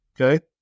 Okay